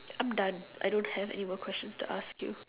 I'm done I don't have any more questions to ask you